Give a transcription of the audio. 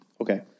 Okay